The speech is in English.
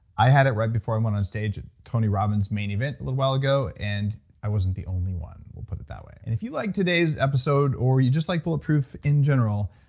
i had it right before i went on stage at tony robbins' main event a little while ago, and i wasn't the only one, we'll put it that way and if you like today's episode, or you just like bulletproof in general,